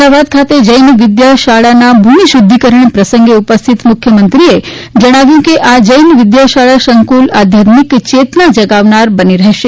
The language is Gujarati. અમદાવાદ ખાતે જૈન વિદ્યા શાળાના ભૂમીશુપ્પિકરણ પ્રસંગે ઉપસ્થિત મુખ્યમંત્રીશ્રીએ જણાવ્યું કે આ જૈન વિદ્યાશાળા સંકુલ આધ્યાત્મિક ચેતના જગવનાર બની રહેશે